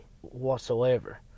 whatsoever